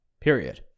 Period